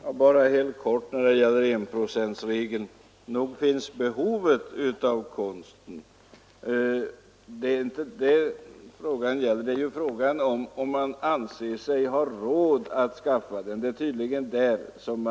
Herr talman! Bara helt kort några ord om enprocentsregeln. Nog finns det ett behov av konst, det är inte det frågan gäller. Den gäller i stället om man anser sig ha råd att skaffa den.